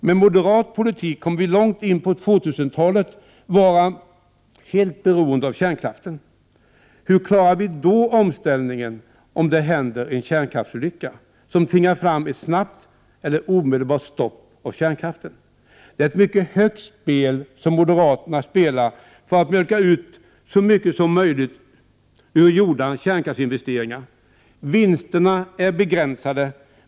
Med moderat politik kommer vi långt in på 2000-talet att vara helt beroende av kärnkraften. Hur klarar vi då omställningen om det händer en kärnkraftsolycka som tvingar fram ett snabbt eller omedelbart stopp av kärnkraften? Det är ett mycket högt spel som moderaterna spelar för att mjölka ut så mycket som möjligt ur gjorda kärnkraftsinvesteringar. Vinsterna är begränsade.